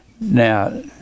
now